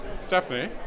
stephanie